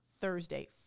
Thursday